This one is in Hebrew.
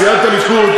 סיעת הליכוד,